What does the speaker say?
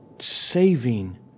saving